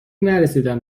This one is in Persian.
نرسیدم